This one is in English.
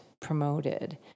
promoted